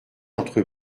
entre